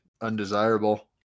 undesirable